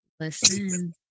Listen